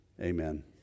Amen